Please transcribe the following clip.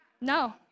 No